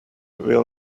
will